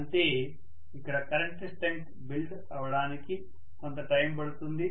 అంటే ఇక్కడ current strength build అవడానికి కొంత టైం పడుతుంది